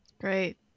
great